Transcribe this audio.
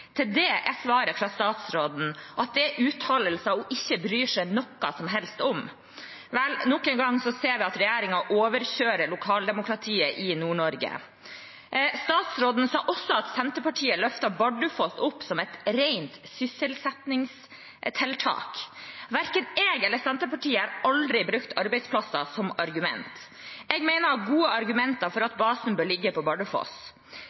Til det er svaret fra statsråden at det er uttalelser hun ikke bryr seg noe som helst om. Nok en gang ser vi at regjeringen overkjører lokaldemokratiet i Nord-Norge. Statsråden sa også at Senterpartiet løftet Bardufoss opp som et rent sysselsettingstiltak. Verken jeg eller Senterpartiet har noen gang brukt arbeidsplasser som et argument. Jeg mener det er gode argumenter for at basen bør ligge på Bardufoss.